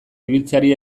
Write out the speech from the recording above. ibiltzeari